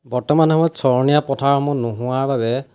বৰ্তমান সময়ত চৰনীয়া পথাৰসমূহ নোহোৱাৰ বাবে